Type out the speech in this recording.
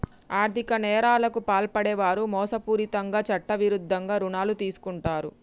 ఆర్ధిక నేరాలకు పాల్పడే వారు మోసపూరితంగా చట్టవిరుద్ధంగా రుణాలు తీసుకుంటరు